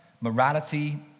morality